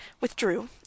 withdrew